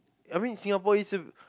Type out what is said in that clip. I mean Singapore is a